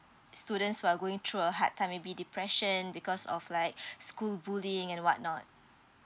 students who are going through a hard time maybe depression because of like school bullying and what not